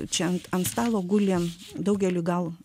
čia ant stalo guli daugeliui gal